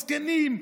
מסכנים,